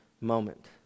moment